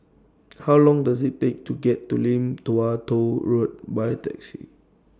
How Long Does IT Take to get to Lim Tua Tow Road By Taxi